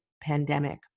pandemic